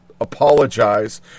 apologize